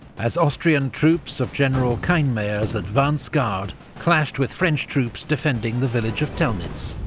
as austrian troops of general kienmayer's advance guard clashed with french troops defending the village of telnitz.